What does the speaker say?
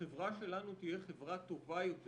החברה שלנו תהיה חברה טובה יותר